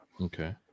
Okay